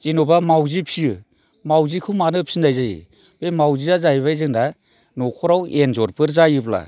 जेन'बा मावजि फियो मावजिखौ मानो फिनाय जायो बे मावजिया जाहैबाय जोंना न'खराव एनजरफोर जायोब्ला